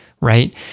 right